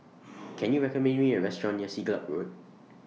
Can YOU recommend Me A Restaurant near Siglap Road